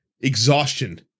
Exhaustion